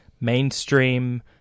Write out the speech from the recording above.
mainstream